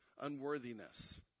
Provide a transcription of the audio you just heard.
Unworthiness